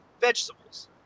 vegetables